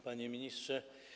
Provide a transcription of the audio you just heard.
Panie Ministrze!